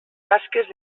tasques